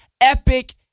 epic